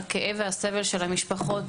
הכאב והסבל של המשפחות,